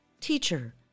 Teacher